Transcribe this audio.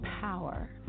power